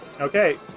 Okay